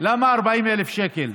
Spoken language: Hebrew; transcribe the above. למה 40,000 שקל?